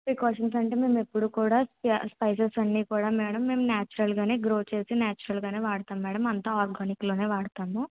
precautions అంటే మేమెప్పుడు కూడా స్పైసెస్ అన్నీ కూడా మేడం మేము నేచురల్గానే గ్రో చేసి నేచురల్గానే వాడుతాము మేడం అంతా ఆర్గానిక్లోనే వాడతాము